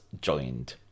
joined